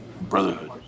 Brotherhood